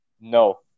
No